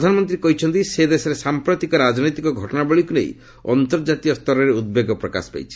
ପ୍ରଧାନମନ୍ତ୍ରୀ କହିଛନ୍ତି ସେଦେଶରେ ସାଂପ୍ରତିକ ରାଜନୈତିକ ଘଟଣାବଳୀକୁ ନେଇ ଅନ୍ତର୍ଜାତୀୟ ସ୍ତରରେ ଉଦ୍ବେଗ ପ୍ରକାଶ ପାଇଛି